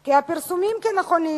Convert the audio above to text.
כי הפרסומים נכונים,